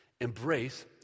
Embrace